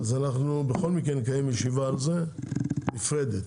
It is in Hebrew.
אנחנו בכל מקרה נקיים על זה ישיבה נפרדת.